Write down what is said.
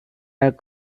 are